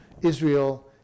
Israel